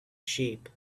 sheep